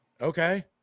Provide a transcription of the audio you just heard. okay